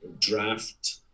draft